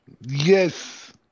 Yes